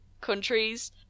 countries